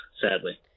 sadly